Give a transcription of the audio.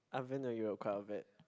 I've been to Europe quite a bit